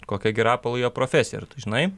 kokia gi rapolai jo profesija ar tu žinai